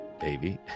baby